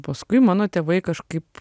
paskui mano tėvai kažkaip